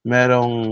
Merong